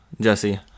Jesse